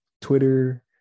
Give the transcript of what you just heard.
Twitter